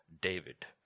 David